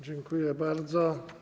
Dziękuję bardzo.